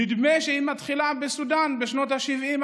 נדמה שהיא מתחילה בסודאן בשנות השבעים.